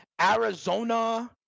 Arizona –